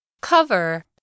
Cover